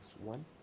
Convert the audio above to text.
one